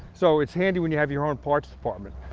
so it's handy when you have your own parts department.